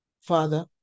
Father